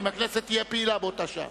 אם הכנסת תהיה פעילה באותה שעה.